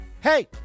hey